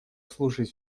слушать